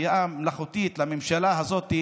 החייאה מלאכותית לממשלה הזאת,